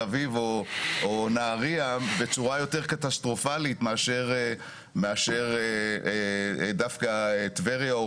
אביב או נהריה בצורה יותר קטסטרופלית מאשר דווקא טבריה או